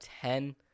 ten